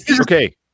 Okay